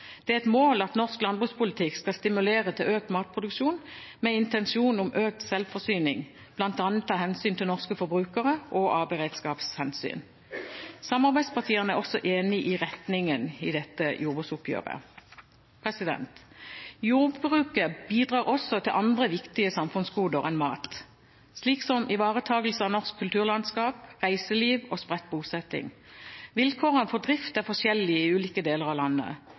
Det er et mål at norsk landbrukspolitikk skal stimulere til økt matproduksjon med intensjon om økt selvforsyning, bl.a. av hensyn til norske forbrukere og beredskap. Samarbeidspartiene er også enige om retningen i dette jordbruksoppgjøret. Jordbruket bidrar også til andre viktige samfunnsgoder enn mat, som ivaretakelse av norsk kulturlandskap, reiseliv og spredt bosetting. Vilkårene for drift er forskjellige i ulike deler av landet.